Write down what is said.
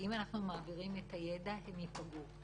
ואם אנחנו מעבירים את הידע הם ייפגעו.